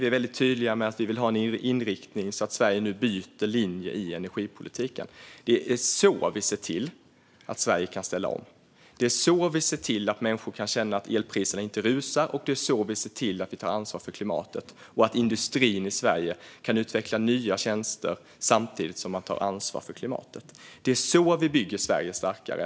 Vi är väldigt tydliga med att vi vill ha en inriktning så att Sverige nu byter linje i energipolitiken. Det är så vi ser till att Sverige kan ställa om. Det är så vi ser till att människor inte behöver känna att elpriserna rusar. Och det är så vi ser till att ta ansvar för klimatet och så att industrin i Sverige kan utveckla nya tjänster samtidigt som man tar ansvar för klimatet. Det här så här vi bygger Sverige starkare.